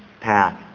path